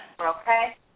Okay